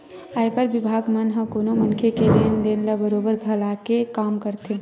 आयकर बिभाग मन ह कोनो मनखे के लेन देन ल बरोबर खंघाले के काम करथे